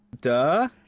duh